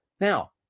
Now